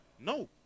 No